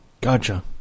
Gotcha